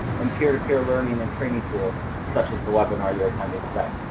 and peer-to-peer learning and training tool such as the webinar you're attending today.